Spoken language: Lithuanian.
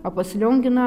o pas lionginą